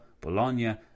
Bologna